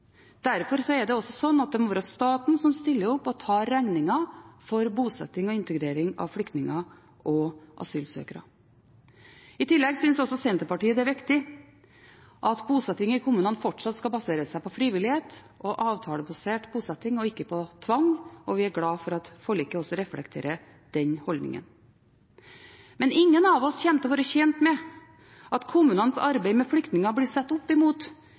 er det også slik at det må være staten som stiller opp og tar regningen for bosetting og integrering av flyktninger og asylsøkere. I tillegg synes også Senterpartiet det er riktig at bosetting i kommunene fortsatt skal baseres på frivillighet og avtalebasert bosetting, og ikke på tvang. Vi er glad for at forliket også reflekterer den holdningen. Men ingen av oss kommer til å være tjent med at kommunenes arbeid med flyktninger blir satt opp